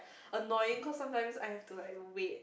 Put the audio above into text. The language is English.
annoying cause sometimes I have to like wait